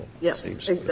Yes